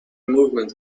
movement